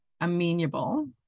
Amenable